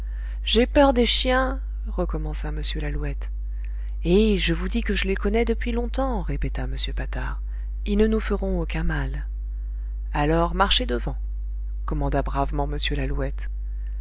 j'ai peur des chiens recommença m lalouette eh je vous dis que je les connais depuis longtemps répéta m patard ils ne nous feront aucun mal alors marchez devant commanda bravement m lalouette